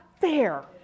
fair